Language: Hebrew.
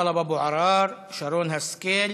טלב אבו עראר, שרן השכל,